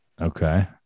Okay